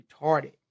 retarded